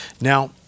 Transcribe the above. Now